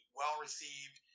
well-received